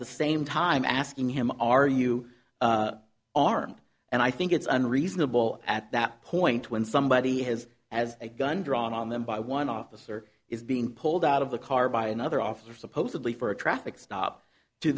the same time asking him are you armed and i think it's unreasonable at that point when somebody has as a gun drawn on them by one officer is being pulled out of the car by another officer supposedly for a traffic stop